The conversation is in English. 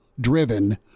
driven